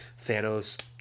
Thanos